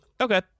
Okay